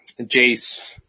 Jace